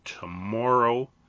tomorrow